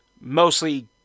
mostly